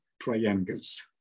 triangles